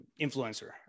influencer